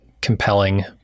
compelling